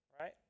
right